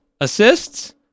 assists